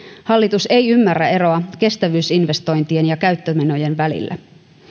hallitus ei ymmärrä eroa kestävyysinvestointien ja käyttömenojen välillä